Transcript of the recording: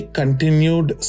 continued